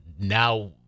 now